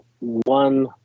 one